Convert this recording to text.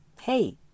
Hey